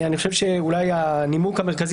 אני חושב שאולי הנימוק המרכזי